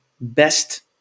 best